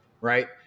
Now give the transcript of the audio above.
right